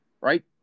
right